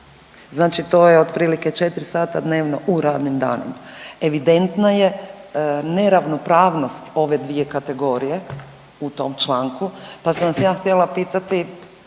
znači to je otprilike 4 sata dnevno u radnim danima. Evidentna je neravnopravnost ove dvije kategorije u tom članku, pa sam vas ja htjela pitati